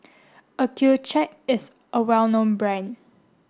Accucheck is a well known brand